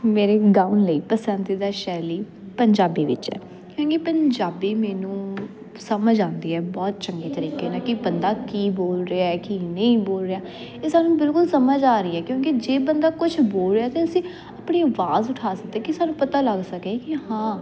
ਮੇਰੇ ਗਾਉਣ ਲਈ ਪਸੰਦੀਦਾ ਸ਼ੈਲੀ ਪੰਜਾਬੀ ਵਿੱਚ ਹੈ ਕਿਉਂਕਿ ਪੰਜਾਬੀ ਮੈਨੂੰ ਸਮਝ ਆਉਂਦੀ ਹੈ ਬਹੁਤ ਚੰਗੀ ਤਰੀਕੇ ਨਾਲ ਕਿ ਬੰਦਾ ਕੀ ਬੋਲ ਰਿਹਾ ਕੀ ਨਹੀਂ ਬੋਲ ਰਿਹਾ ਇਹ ਸਾਨੂੰ ਬਿਲਕੁਲ ਸਮਝ ਆ ਰਹੀ ਹੈ ਕਿਉਂਕਿ ਜੇ ਬੰਦਾ ਕੁਛ ਬੋਲ ਰਿਹਾ ਤਾਂ ਅਸੀਂ ਆਪਣੀ ਆਵਾਜ਼ ਉਠਾ ਸਕਦੇ ਕਿ ਸਾਨੂੰ ਪਤਾ ਲੱਗ ਸਕੇ ਕਿ ਹਾਂ